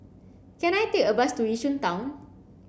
can I take a bus to Yishun Town